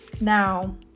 Now